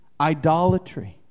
Idolatry